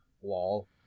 Wall